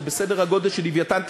שזה בסדר הגודל של "לווייתן",